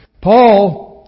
Paul